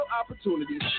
opportunities